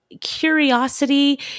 curiosity